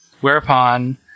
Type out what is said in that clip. whereupon